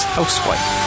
Housewife